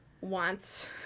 wants